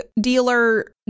dealer